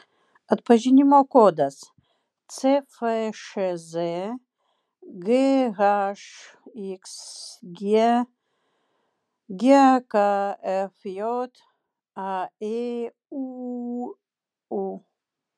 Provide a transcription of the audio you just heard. atpažinimo kodas cfšz ghxg gkfj aėūu